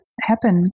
happen